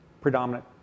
predominant